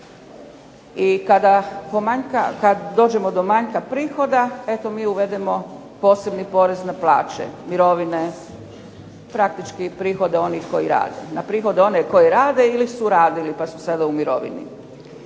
I kada dođemo do manjka prihoda, eto mi uvedemo posebni porez na plaće, mirovine praktički prihode onih koji rade, na prihode onih koji rade ili su radili pa su sada u mirovini.